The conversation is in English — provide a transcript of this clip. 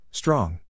Strong